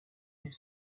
les